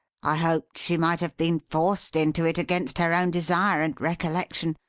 i hoped she might have been forced into it, against her own desire and recollection.